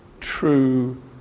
true